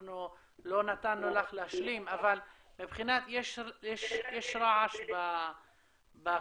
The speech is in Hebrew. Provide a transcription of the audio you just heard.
אנחנו לא נתנו לך להשלים, אבל יש רעש בקו.